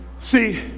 See